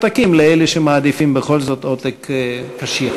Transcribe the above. עותקים לאלה שמעדיפים בכל זאת עותק קשיח.